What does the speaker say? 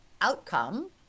outcome